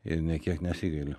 ir nė kiek nesigailiu